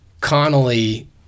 Connolly